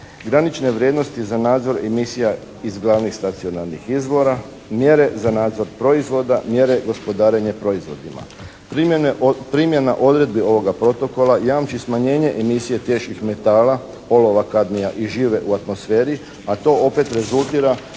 granične vrijednosti za nadzor emisija iz glavnih stacionarnih izvora, mjere za nadzor proizvoda, mjere i gospodarenje proizvodima. Primjena odredbi ovoga Protokola jamči smanjenje emisije teških metala, olova, kadmija i žive u atmosferi, a to opet rezultira